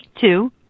two